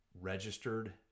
Registered